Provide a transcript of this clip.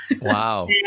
Wow